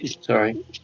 Sorry